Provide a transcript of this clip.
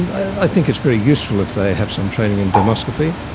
i think it's very useful if they have some training in dermoscopy.